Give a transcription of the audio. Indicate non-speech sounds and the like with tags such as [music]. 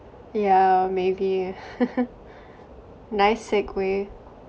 yeah maybe ah [laughs] nice segue